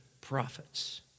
prophets